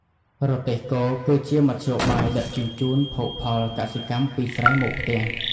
រទេះគោគឺជាមធ្យោបាយដឹកជញ្ជូនភោគផលកសិកម្មពីស្រែមកផ្ទះ។